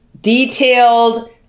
detailed